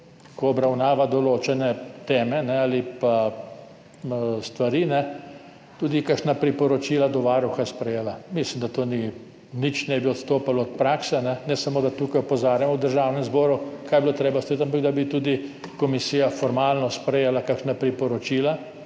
ko obravnava določene teme ali pa stvari, sprejela kakšna priporočila za Varuha. Mislim, da s tem ne bi nič odstopali od prakse, ne samo da opozarjamo tukaj v Državnem zboru, kaj bi bilo treba storiti, ampak da bi tudi komisija formalno sprejela kakšna priporočila